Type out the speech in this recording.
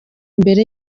mbere